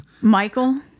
Michael